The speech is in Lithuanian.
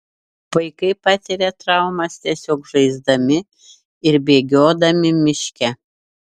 vaikai patiria traumas tiesiog žaisdami ir bėgiodami miške